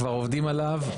כבר עובדים עליו.